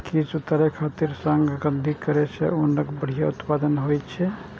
केश उतारै खातिर हाथ सं कंघी करै सं ऊनक बढ़िया उत्पादन होइ छै